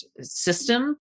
system